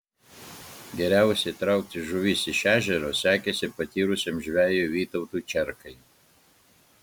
geriausiai traukti žuvis iš ežero sekėsi patyrusiam žvejui vytautui čerkai